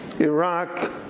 Iraq